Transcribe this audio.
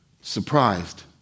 surprised